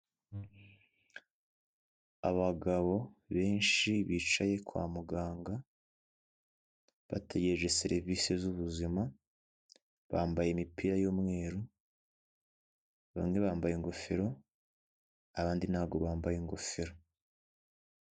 Abagabo benshi bicaye kwa muganga bategereje serivisi z'ubuzima bambaye imipira y'umweru bamwe bambaye ingofero abandi ntago bambaye ingofero.